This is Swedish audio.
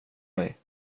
mig